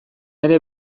ere